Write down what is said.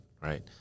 right